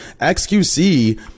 XQC